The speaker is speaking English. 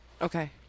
Okay